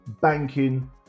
banking